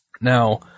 Now –